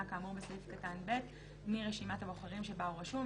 כאמור בסעיף קטן (ב) מרשימת הבוחרים שבה הוא רשום,